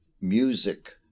music